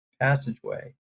passageway